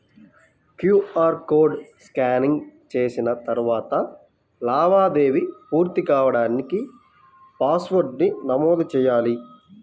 QR code scanning చేసిన తరువాత లావాదేవీ పూర్తి కాడానికి పాస్వర్డ్ను నమోదు చెయ్యాలి